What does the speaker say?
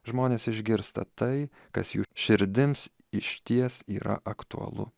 žmonės išgirsta tai kas jų širdims išties yra aktualu